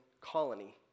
colony